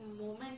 moment